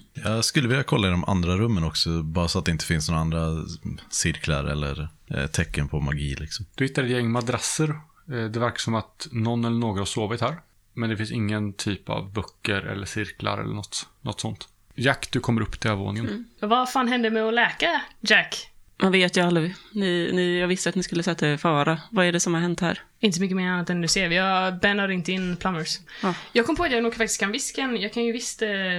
Jag skulle vilja kolla i de andra rummen också, bara så att det inte finns några andra cirklar eller, eh, tecken på magi, liksom. Du hittar ett gäng madrasser. Eh, det verkar som att någon eller några har sovit här, men det finns ingen typ av böcker eller cirklar eller något- något sånt. Jack, du kommer upp till övervåningen. Mm. Och vad fan hände med att läka, Jack? Jag vet ju aldrig. Ni- ni- jag visste att ni skulle sätta er i fara. Vad är det som har hänt här? Inte så mycket mer annat än du ser. Vi har- Ben har ringt in plumbers. Ja. Jag kom på att jag nog faktiskt kan viska en- jag kan ju visst, eh,